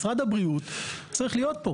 משרד הבריאות צריך להיות כאן.